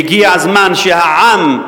והגיע הזמן שהעם,